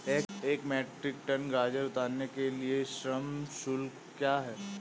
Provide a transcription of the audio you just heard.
एक metric ton गाजर उतारने के लिए श्रम शुल्क क्या है?